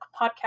podcast